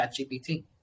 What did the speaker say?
ChatGPT